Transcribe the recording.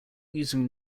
using